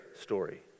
story